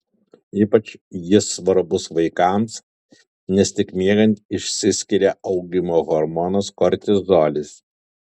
ypač jis svarbus vaikams nes tik miegant išsiskiria augimo hormonas kortizolis